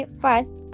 first